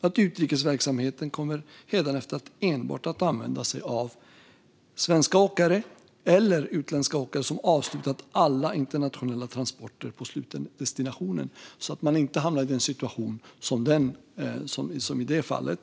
Utrikesverksamheten kommer hädanefter enbart att använda sig av svenska åkare eller utländska åkare som avslutat alla internationella transporter på slutdestinationen så att man inte hamnar i en situation som i det aktuella fallet.